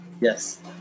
Yes